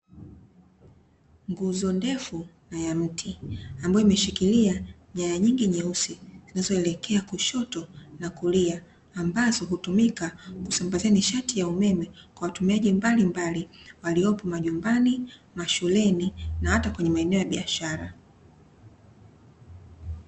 Nguzo ndefu na ya mti ambayo imeshikilia nyanya nyingi, zilizo elekea kushoto na kulia ambazo hutumika kusambazia nishati ya umeme kwa watumiaji mbalimbali waliyopo nyumbani na mashuleni na hata kwenye maeneo ya biashara.